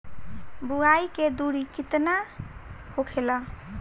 बुआई के दूरी केतना होखेला?